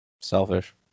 selfish